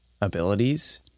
abilities